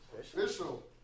official